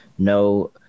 No